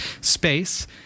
space